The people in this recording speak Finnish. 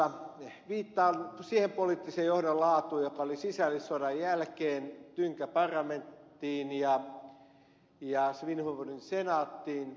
viittaan sen poliittisen johdon laatuun joka oli sisällissodan jälkeen tynkäparlamenttiin ja svinhufvudin senaattiin